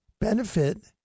benefit